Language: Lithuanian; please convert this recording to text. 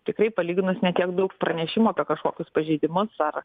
tikrai palyginus ne tiek daug pranešimų apie kažkokius pažeidimus ar